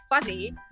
funny